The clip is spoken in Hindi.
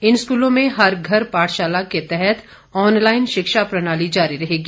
इन स्कूलों में हर घर पाठशाला के तहत ऑनलाईन शिक्षा प्रणाली जारी रहेगी